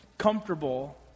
comfortable